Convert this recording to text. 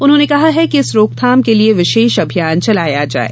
उन्होंने कहा है कि इस रोकथाम के लिए विशेष अभियान चलाया जाये